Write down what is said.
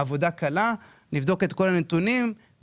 הכוכבית מסמנת את השליטה של הבינלאומי ב-28%,